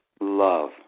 Love